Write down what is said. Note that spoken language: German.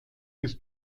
bis